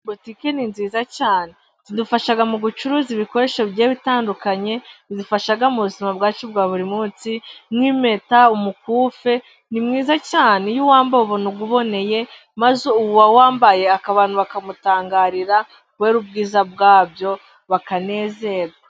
Botike ni nziza cyane zidufasha mu gucuruza ibikoresho bigiye bitandukanye. Bidufasha mu buzima bwacu bwa buri munsi. Nk'impeta, umukufi ni mwiza cyane. Iyo uwambaye ubona uboneye, maze uwawambaye abantu bakamutangarira kubera ubwiza bwabyo, bakanezerwa.